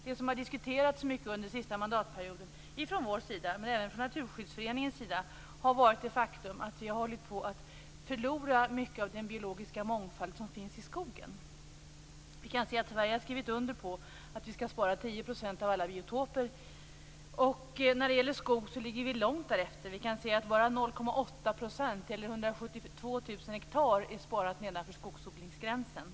Det som har diskuterats mycket under den senaste mandatperioden från vår sida men även från Naturskyddsföreningens sida har varit det faktum att vi har hållit på att förlora mycket av den biologiska mångfalden i skogen. Sverige har skrivit under att vi skall spara 10 % av alla biotoper, och när det gäller skog ligger vi långt efter det. Bara 0,8 % eller 172 000 hektar är sparat nedanför skogsodlingsgränsen.